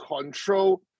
control